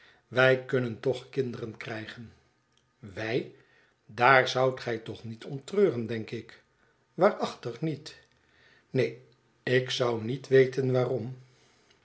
wij kunnen toch kinderen krijgen wijl daar zoudt gij toch niet om treuren denk ik waarachtig niet neen ik zou niet weten waarom